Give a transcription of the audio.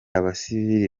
abasivili